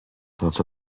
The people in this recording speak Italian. traccia